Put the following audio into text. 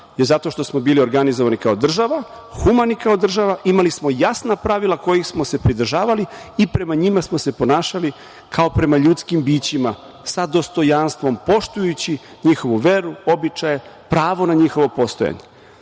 – zato što smo bili organizovani kao država, humani kao država, imali smo jasna pravila kojih smo se pridržavali i prema njima smo se ponašali kao prema ljudskim bićima, sa dostojanstvom, poštujući njihovu veru, običaje, pravo na njihovo postojanje.